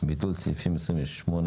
ביטול סעיפים22.סעיפים 28